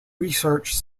research